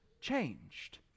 changed